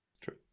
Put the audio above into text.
True